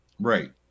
Right